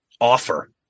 Offer